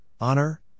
honor